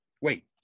Wait